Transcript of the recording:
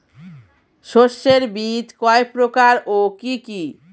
শস্যের বীজ কয় প্রকার ও কি কি?